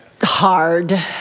hard